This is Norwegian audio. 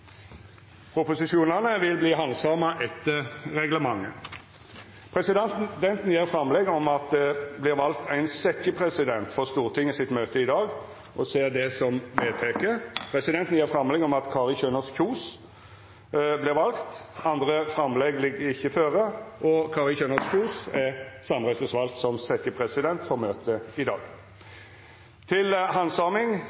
og vil ta sete. Presidenten gjer framlegg om at det vert valt ein setjepresident for Stortingets møte i dag – og ser det som vedteke. Presidenten gjer framlegg om Kari Kjønaas Kjos. Andre framlegg ligg ikkje føre, og Kari Kjønaas Kjos er samrøystes vald som setjepresident for dagens møte. Før sakene på dagens kart vert tekne opp til handsaming, vil presidenten opplysa om at Stortingets møte i